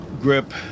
grip